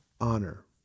honor